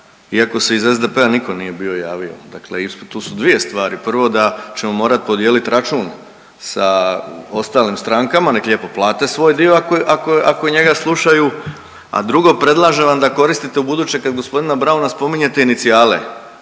iako se iz SDP-a niko nije bio javio, dakle isto tu su dvije stvari, prvo da ćemo morat podijelit račun sa ostalim strankama, nek lijepo plate svoj dio ako, ako, ako njega slušaju, a drugo predlažem vam da koristite ubuduće kad g. Brauna spominjete inicijale,